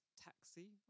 taxi